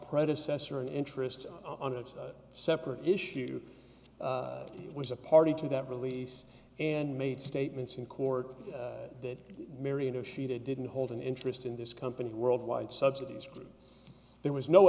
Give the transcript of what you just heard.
predecessor an interest on a separate issue was a party to that release and made statements in court that mary initiated didn't hold an interest in this company worldwide subsidies there was no